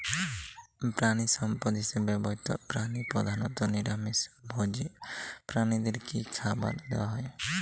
প্রাণিসম্পদ হিসেবে ব্যবহৃত প্রাণী প্রধানত নিরামিষ ভোজী প্রাণীদের কী খাবার দেয়া হয়?